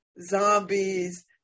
zombies